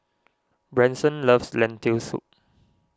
Branson loves Lentil Soup